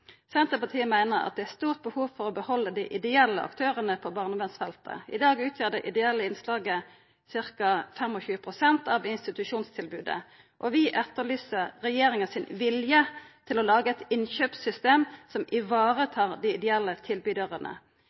Senterpartiet meiner at det er stort behov for å behalda dei ideelle aktørane på barnevernsfeltet. I dag utgjer det ideelle innslaget ca. 25 pst. av institusjonstilbodet, og vi etterlyser vilje frå regjeringa til å laga eit innkjøpssystem som varetar dei ideelle